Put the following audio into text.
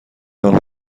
آنها